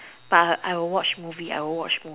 but I will watch movie I will watch movie